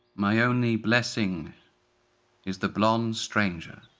my only blessing is the blond stranger,